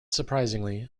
surprisingly